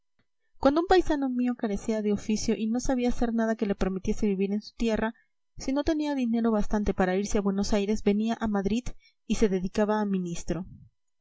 cuando un paisano mío carecía de oficio y no sabía hacer nada que le permitiese vivir en su tierra si no tenía dinero bastante para irse a buenos aires venía a madrid y se dedicaba a ministro